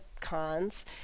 cons